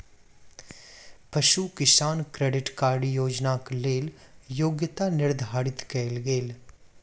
पशु किसान credit card योजनाक लेल योग्यता निर्धारित कयल गेल